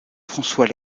françois